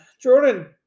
Jordan